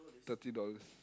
thirty dollars